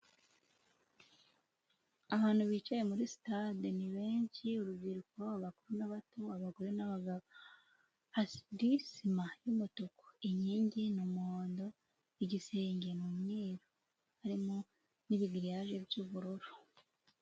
Abantu bicaye muri stade ni benshi, urubyiruko, abakuru, abato, abagore, hafite sima y'umutuku, inkingi ni umuhondo, igisenge ni umweru, harimo n'ibigiriyaje by'ubururu.